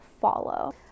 follow